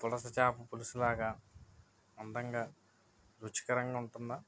పులస చేప పులుసులాగా అందంగా రుచికరంగా ఉంటుందా